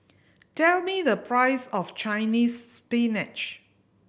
tell me the price of Chinese Spinach